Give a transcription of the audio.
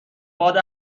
باد